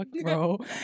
bro